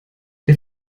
der